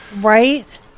Right